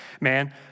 man